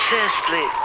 Firstly